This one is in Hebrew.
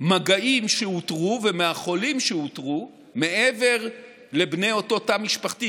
מהמגעים שאותרו ומהחולים שאותרו מעבר לבני אותו תא משפחתי,